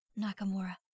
Nakamura